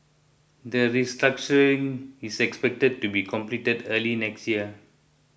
the restructuring is expected to be completed early next year